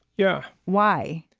yeah. why?